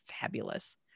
fabulous